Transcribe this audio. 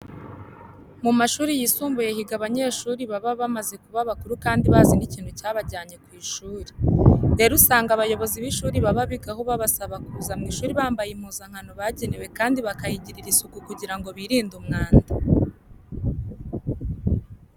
Mu mashuri yisumbuye higa abanyeshuri baba bamaze kuba bakuru kandi bazi n'ikintu cyabajyanye ku ishuri. Rero usanga abayobozi b'ishuri baba bigaho babasaba kuza mu ishuri bambaye impuzankano bagenewe kandi bakayigirira isuku kugira ngo birinde umwanda.